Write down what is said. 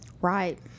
Right